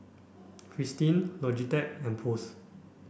Fristine Logitech and Post